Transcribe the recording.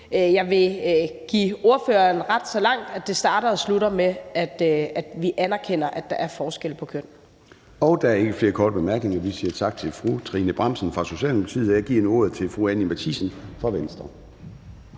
Jeg vil give ordføreren ret så langt, at det starter og slutter med, at vi anerkender, at der er forskel på kønnene. Kl. 14:07 Formanden (Søren Gade): Der er ikke flere korte bemærkninger. Vi siger tak til fru Trine Bramsen fra Socialdemokratiet, og jeg giver nu ordet til fru Anni Matthiesen fra Venstre.